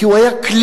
כי הוא היה כלי,